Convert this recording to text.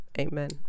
amen